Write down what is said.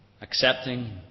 Accepting